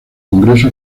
congreso